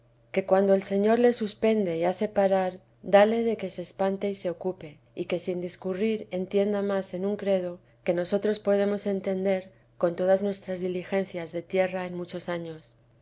que cuando el señor le suspende y hace parar dale de que se espante y se ocupe y que sin discurrir entienda más en un credo que nosotros podemos entender con todas nuestras diligencias de tierra en muchos años